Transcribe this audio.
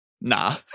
nah